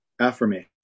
affirmation